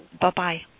Bye-bye